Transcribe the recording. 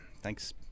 Thanks